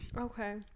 Okay